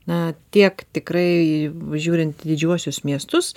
na tiek tikrai bus žiūrint į didžiuosius miestus